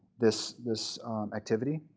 this this activity.